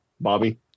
Bobby